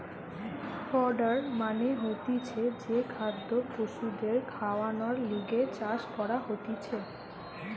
fodder মানে হতিছে যে খাদ্য পশুদের খাওয়ানর লিগে চাষ করা হতিছে